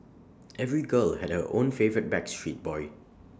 every girl had her own favourite backstreet boy